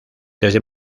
desde